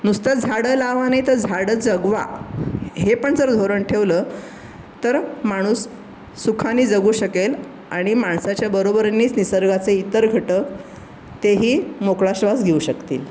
नुसतं झाडं लावा नाही तर झाडं जगवा हे पण जर धोरण ठेवलं तर माणूस सुखाने जगू शकेल आणि माणसाच्या बरोबरीनेच निसर्गाचे इतर घटक तेही मोकळा श्वास घेऊ शकतील